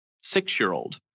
six-year-old